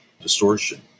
distortion